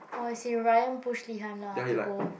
oh I see Ryan push behind lah to go